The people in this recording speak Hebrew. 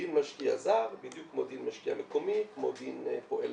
דין משקיע זר בדיוק כמו דין משקיע מקומי כמו דין פועל